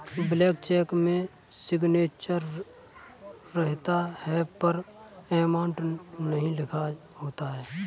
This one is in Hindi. ब्लैंक चेक में सिग्नेचर रहता है पर अमाउंट नहीं लिखा होता है